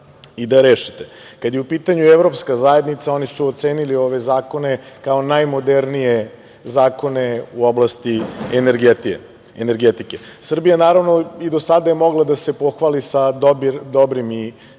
i da rešite. Kada je u pitanju Evropska zajednica, oni su ocenili ove zakone kao najmodernije zakone u oblasti energetike. Srbija naravno i do sada je mogla da se pohvali sa dobrim i